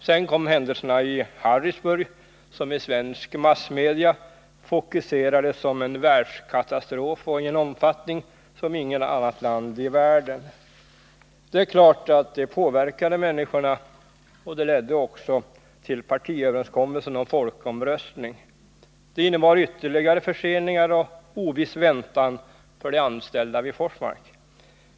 Sedan kom händelserna i Harrisburg, vilka i svenska massmedia fokuserades som en världskatastrof och i en omfattning som inte förekom på något annat håll i världen. Det är klart att det påverkade människorna, och det ledde också till partiöverenskommelsen om folkomröstning. Det innebar ytterligare förseningar och oviss väntan för de anställda vid Forsmark.